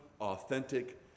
authentic